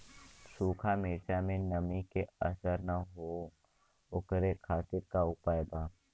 सूखा मिर्चा में नमी के असर न हो ओकरे खातीर का उपाय बा?